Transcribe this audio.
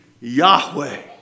Yahweh